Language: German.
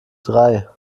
drei